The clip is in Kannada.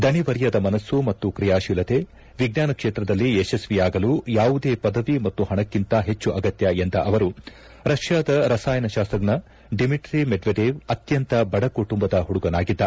ದಣಿವರಿಯದ ಮನಸ್ಸು ಮತ್ತು ತ್ರೆಯಾಶೀಲತೆ ವಿಜ್ಞಾನ ಕ್ಷೇತ್ರದಲ್ಲಿ ಯಶಸ್ವಿಯಾಗಲು ಯಾವುದೇ ಪದವಿ ಮತ್ತು ಪಣಕ್ಕೆಂತ ಹೆಚ್ಚು ಅಗತ್ಯ ಎಂದ ಅವರು ರಷ್ಯಾದ ರಸಾಯನ ಶಾಸ್ತ್ರಜ್ಞ ಡಿಮಿಟ್ರಿ ಮೆಡ್ವಡೇವ್ ಅತ್ಯಂತ ಬಡಕುಟುಂಬದ ಮಡುಗನಾಗಿದ್ದ